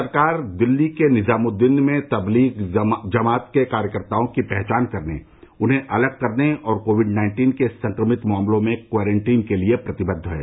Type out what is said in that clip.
सरकार दिल्ली के निजामुद्दीन में तबलीग जमात के कार्यकर्ताओं की पहचान करने उन्हें अलग करने और कोविड नाइन्टीन के संक्रमित मामलों में क्वारेंटीन के लिए प्रतिबद्ध है